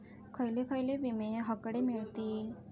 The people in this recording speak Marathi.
खयले खयले विमे हकडे मिळतीत?